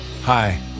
Hi